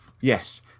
yes